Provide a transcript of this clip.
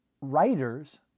writers